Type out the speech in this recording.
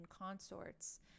consorts